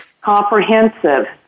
comprehensive